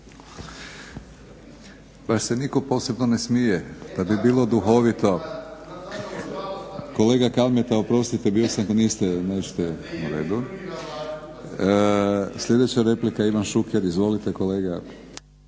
Bar se nitko posebno ne smije, kad bi bilo duhovito. Kolega Kalmeta oprostite …/Ne razumije se./… nećete. U redu. Sljedeća replika Ivan Šuker. Izvolite kolega.